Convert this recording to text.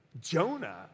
Jonah